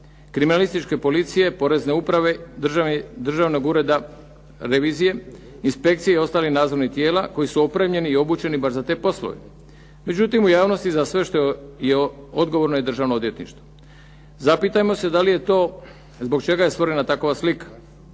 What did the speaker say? kriminalističke policije, porezne uprave, državnog ureda revizije, inspekcije i ostalih nadzornih tijela, koji su opremljeni i obučeni baš za te poslove. Međutim u javnosti za sve što je odgovorno je Državno odvjetništvo. Zapitajmo se da li je to, zbog čega je stvorena takova slika.